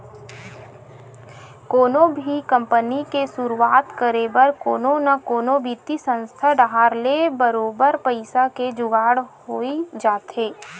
कोनो भी कंपनी के सुरुवात करे बर कोनो न कोनो बित्तीय संस्था डाहर ले बरोबर पइसा के जुगाड़ होई जाथे